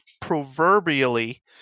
proverbially